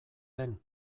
den